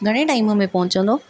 घणे टाइम में पहुचंदो